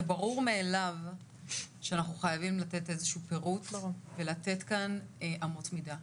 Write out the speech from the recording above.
זה ברור מאליו שאנחנו חייבים לתת איזשהו פירוט ולתת כאן אמות מידה.